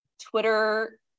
Twitter